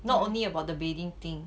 not only about the bathing thing